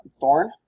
Thorn